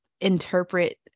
interpret